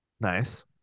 Nice